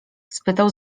spytał